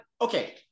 Okay